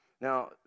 Now